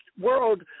world